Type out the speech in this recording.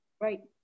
Right